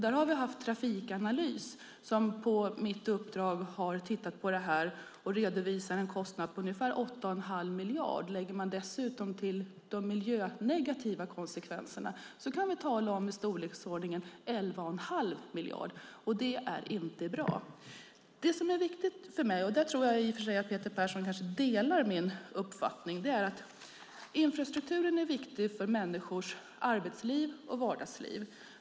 Där har Trafikanalys på mitt uppdrag tittat på detta och redovisar en kostnad på ungefär 8 1⁄2 miljard. Lägger vi dessutom till de miljönegativa konsekvenserna kan vi tala om i storleksordningen 11 1⁄2 miljard, och det är inte bra. Jag anser, och där tror jag i och för sig att Peter Persson kanske delar min uppfattning, att infrastrukturen är viktig för människors arbetsliv och vardagsliv.